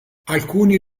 alcuni